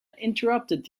interrupted